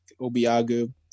Obiagu